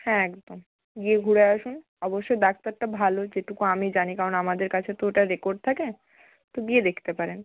হ্যাঁ একদম গিয়ে ঘুরে আসুন অবশ্যই ডাক্তারটা ভালো যেটুকু আমি জানি কারণ আমাদের কাছে তো ওটার রেকর্ড থাকে তো গিয়ে দেখতে পারেন